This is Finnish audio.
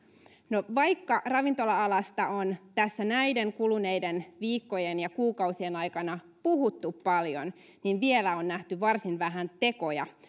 no vaikka ravintola alasta on tässä näiden kuluneiden viikkojen ja kuukausien aikana puhuttu paljon niin vielä on nähty varsin vähän tekoja